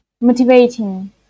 motivating